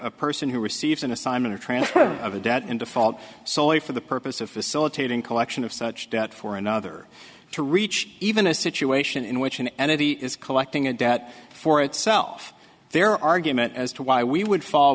a person who receives an assignment or transfer of a debt in default solely for the purpose of facilitating collection of such debt for another to reach even a situation in which an entity is collecting a debt for itself their argument as to why we would fall